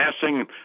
passing